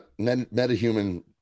metahuman